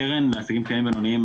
הקרן הקודמת לעסקים קטנים ובינוניים,